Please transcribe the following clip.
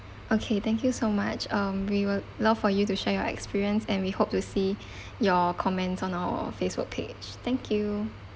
okay thank you so much um we will love for you to share your experience and we hope to see your comments on our Facebook page thank you